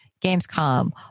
Gamescom